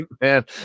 man